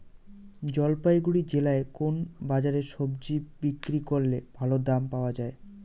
জলপাইগুড়ি জেলায় কোন বাজারে সবজি বিক্রি করলে ভালো দাম পাওয়া যায়?